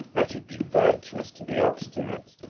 let it be virtuous to be obstinate